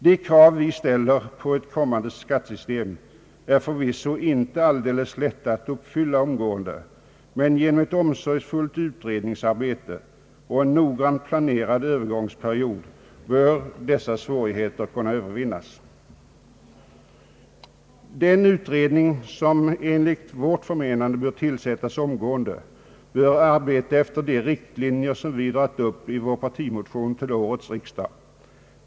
De krav vi ställer på ett kommande skattesystem är förvisso inte alldeles lätta att uppfylla omgående, men genom ett omsorgsfullt utredningsarbete och en noggrant planerad övergångsperiod bör svårigheterna kunna Öövervinnas. Den utredning som enligt vårt förmenande bör tillsättas omgående bör arbeta efter de riktlinjer som vi dragit upp i vår partimotion till årets riksdag.